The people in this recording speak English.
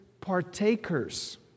partakers